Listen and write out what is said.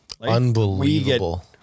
Unbelievable